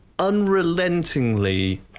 unrelentingly